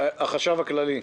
החשב הכללי,